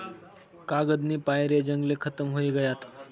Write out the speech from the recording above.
कागदनी पायरे जंगले खतम व्हयी गयात